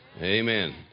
Amen